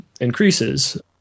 increases